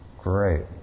great